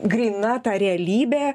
gryna ta realybė